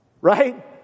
right